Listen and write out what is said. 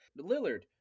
Lillard